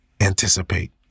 anticipate